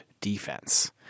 defense